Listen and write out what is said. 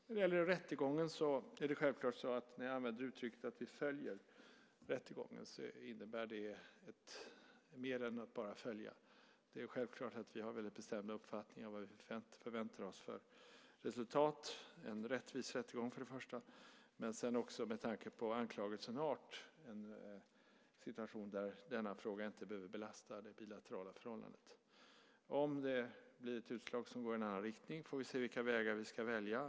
När det gäller rättegången är det självklart så att när jag använder uttrycket att vi följer rättegången innebär det mer än att bara följa. Vi har självfallet väldigt bestämda uppfattningar om vad vi förväntar oss för resultat, en rättvis rättegång först och främst, men sedan också, med tanke på anklagelsens art, en situation där denna fråga inte behöver belasta det bilaterala förhållandet. Om det blir ett utslag som går i en annan riktning får vi se vilka vägar vi ska välja.